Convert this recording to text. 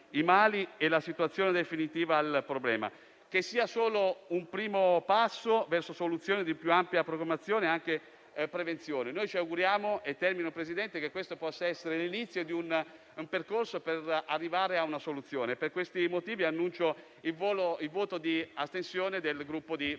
i mali, la soluzione definitiva al problema: che sia solo un primo passo verso soluzioni di più ampia programmazione e anche di prevenzione. Ci auguriamo quindi che questo possa essere l'inizio di un percorso per arrivare a una soluzione. Per questi motivi, annuncio il voto di astensione del Gruppo